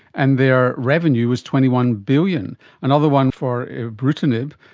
and their revenue was twenty one billion another one for ibrutinib,